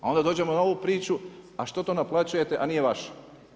A onda dođemo na ovu priču a što to naplaćujete a nije vaše.